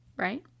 right